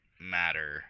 matter